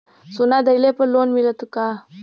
सोना दहिले पर लोन मिलल का?